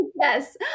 yes